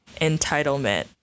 entitlement